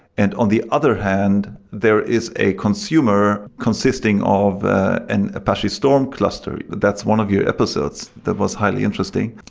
and on the other hand, there is a consumer consisting of an apache storm cluster. that's one of your episodes that was highly interesting.